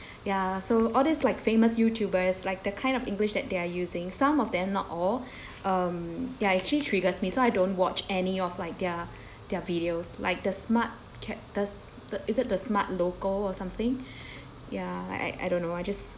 yeah so all these like famous YouTubers like the kind of english that they're using some of them not all um ya actually triggers me so I don't watch any of like their their videos like the smart cactus the is it the smart local or something ya I I don't know I just